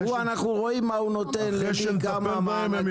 הוא, אנחנו רואים מה הוא נותן למי, כמה מענקים.